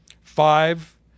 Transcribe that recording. five